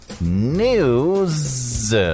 News